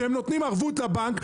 הם נותנים ערבות לבנק,